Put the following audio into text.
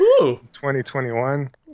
2021